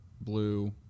blue